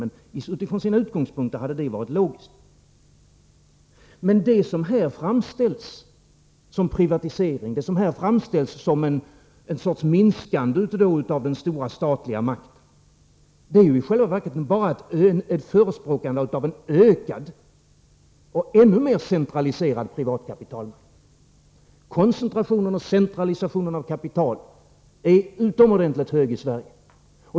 Men från liberalernas ståndpunkt hade det varit logiskt. Men det som här framställs som privatisering och som en sorts minskande av den stora, statliga makten är ju i själva verket bara ett förespråkande av en ökad och ännu mer centraliserad privat kapitalmarknad. Koncentrationen och centralisationen av kapital är utomordentligt hög i Sverige.